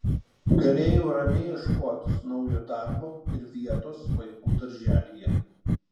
galėjau ramiai ieškotis naujo darbo ir vietos vaikų darželyje